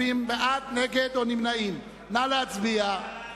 אנו עוברים להצבעה.